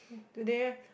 today